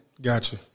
Gotcha